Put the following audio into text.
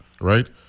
right